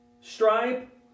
stripe